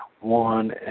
one